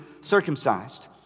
circumcised